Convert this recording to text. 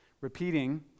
repeating